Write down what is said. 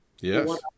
Yes